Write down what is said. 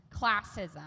classism